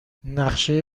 نقشه